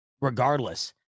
regardless